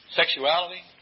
sexuality